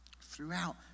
Throughout